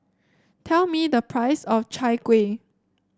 tell me the price of Chai Kueh